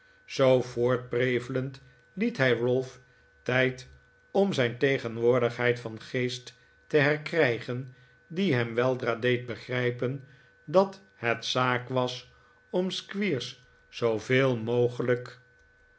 zoo voortprevelend liet hij ralph tijd om zijn tegenwoordigheid van geest te herkrijgen die hem weldra deed begrijpen dat het zaak was om squeers zooveel mogelijk